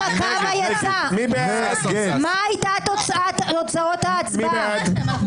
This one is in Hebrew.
היו תוצאות ההצבעה?